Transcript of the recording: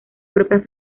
propia